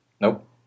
Nope